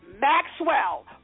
Maxwell